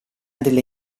delle